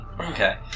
Okay